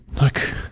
Look